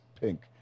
pink